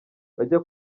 bajya